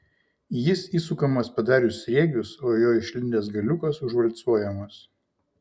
jis įsukamas padarius sriegius o jo išlindęs galiukas užvalcuojamas